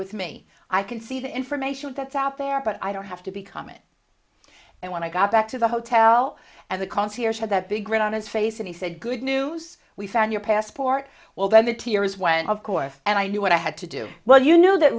with me i can see the information that's out there but i don't have to become it and when i got back to the hotel and the concierge had that big grin on his face and he said good news we found your passport well then the tears went of course and i knew what i had to do well you know that